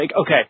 okay